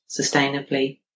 sustainably